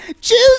choose